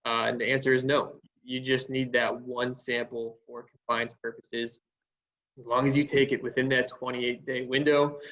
and the answer is no. you just need that one sample for compliance purposes. as long as you take it within that twenty eight day window,